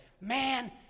man